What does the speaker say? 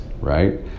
right